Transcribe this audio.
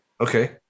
Okay